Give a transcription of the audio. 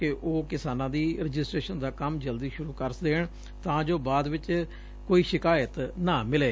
ਕਿ ਉਹ ਕਿਸਾਨਾਂ ਦੀ ਰਜਿਸਟੇਸ਼ਣ ਦਾ ਕੰਮ ਜਲਦੀ ਸ਼ਰਰ ਕਰ ਦੇਣ ਤਾਂ ਜੋ ਬਾਅਦ ਚ ਕੋਈ ਸ਼ਿਕਾਇਤ ਨਾ ਮਿਲੇ